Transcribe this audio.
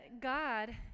God